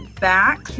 back